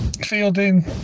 Fielding